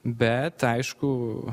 bet aišku